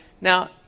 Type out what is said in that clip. now